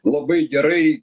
labai gerai